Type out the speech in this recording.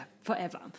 forever